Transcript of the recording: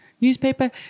Newspaper